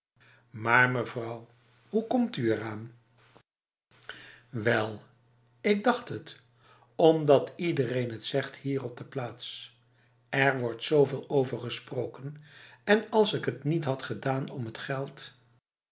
maar mevrouw hoe komt u eraan welb ik dacht het omdat iedereen het zegt hier op de plaats er wordt zoveel over gesproken en als ik het niet had gedaan om het geld